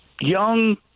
young